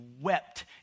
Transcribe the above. wept